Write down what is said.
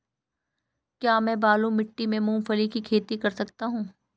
क्या मैं बालू मिट्टी में मूंगफली की खेती कर सकता हूँ?